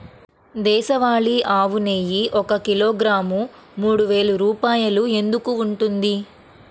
దేశవాళీ ఆవు నెయ్యి ఒక కిలోగ్రాము మూడు వేలు రూపాయలు ఎందుకు ఉంటుంది?